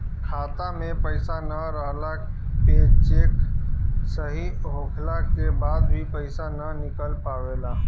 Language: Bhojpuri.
खाता में पईसा ना रहला पे चेक सही होखला के बाद भी पईसा ना निकल पावेला